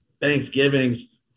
Thanksgivings